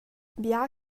bia